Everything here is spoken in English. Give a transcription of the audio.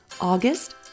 August